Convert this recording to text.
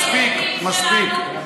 מספיק, מספיק.